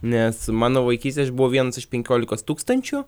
nes mano vaikystėj aš buvau vienas iš penkiolikos tūkstančių